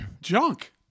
junk